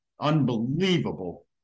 Unbelievable